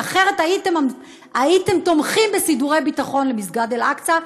כי אחרת הייתם תומכים בסידורי ביטחון למסגד אל-אקצא,